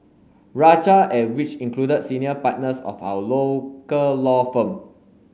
rajah and which included senior partners of our local law firm